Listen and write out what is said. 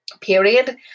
Period